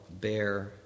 bear